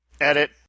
Edit